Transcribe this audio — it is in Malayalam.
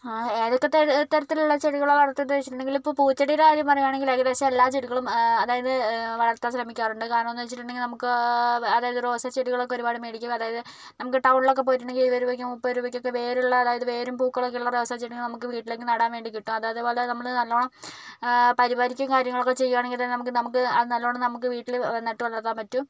ഏതൊക്കെ തര തരത്തിലുള്ള ചെടികളാണ് വളർത്തുന്നത് ചോദിച്ചിട്ടുണ്ടെങ്കിൽ ഇപ്പോൾ പൂച്ചെടിയുടെ കാര്യം പറയുകയാണെങ്കിൽ ഏകദേശം എല്ലാ ചെടികളും അതായത് വളർത്താൻ ശ്രമിക്കാറുണ്ട് കാരണം എന്ന് വെച്ചിട്ടുണ്ടെങ്കിൽ നമുക്കാ അതായത് റോസാ ചെടികളൊക്കെ ഒരുപാട് മേടിക്കും അതായത് നമുക്ക് ടൗണിലൊക്കെ പോയിട്ടുണ്ടെങ്കിൽ ഇരുപത് രൂപക്കും മുപ്പത് രൂപക്കൊക്കെ വേരുള്ള അതായത് വേരും പൂക്കളൊക്കെയുള്ള റോസാ ചെടി നമുക്ക് വീട്ടിലെങ്ങും നടാൻ വേണ്ടി കിട്ടും അത് അതേ പോലെ നമ്മൾ നല്ലവണ്ണം പരിപാലിക്കും കാര്യങ്ങളൊക്കെ ചെയ്യുകയാണെങ്കിൽ നമുക്ക് അത് നല്ലവണ്ണം നമുക്ക് വീട്ടിൽ നട്ട് വളർത്താൻ പറ്റും